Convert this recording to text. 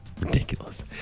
ridiculous